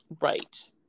right